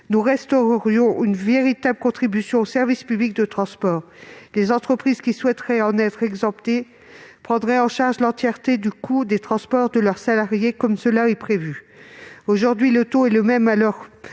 nous restaurerions une véritable contribution au service public de transports. Les entreprises qui souhaiteraient en être exemptées prendraient intégralement en charge le coût des transports de leurs salariés, comme cela est prévu. Aujourd'hui, le taux est le même, alors